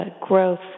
growth